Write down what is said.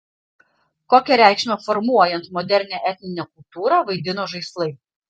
kokią reikšmę formuojant modernią etninę kultūrą vaidino žaislai